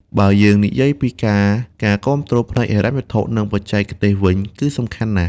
បើយើងនិយាយពីការការគាំទ្រផ្នែកហិរញ្ញវត្ថុ និងបច្ចេកទេសវិញគឺសំខាន់ណាស់។